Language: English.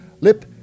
Lip